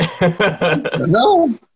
No